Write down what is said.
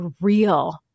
real